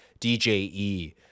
DJE